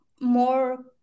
more